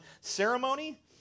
ceremony